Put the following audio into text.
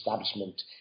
establishment